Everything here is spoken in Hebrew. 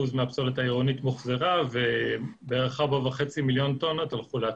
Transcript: מהפסולת העירונית מוחזרה ובערך 4.5 מיליון טון הלכו להטמנה.